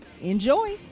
enjoy